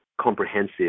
comprehensive